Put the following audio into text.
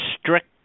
strict